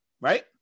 Right